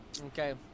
Okay